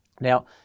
Now